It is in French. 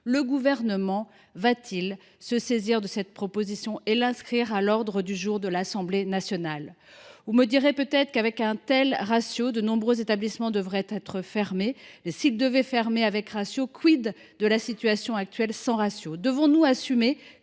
Le Gouvernement se saisira t il de ce texte et l’inscrira t il à l’ordre du jour de l’Assemblée nationale ? Vous me direz peut être qu’avec un tel ratio, de nombreux établissements devraient être fermés… Mais s’ils devaient fermer avec ratio, de la situation actuelle, sans ratio ? Nous faut il assumer